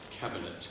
cabinet